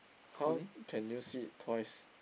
how can you see it twice